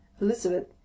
Elizabeth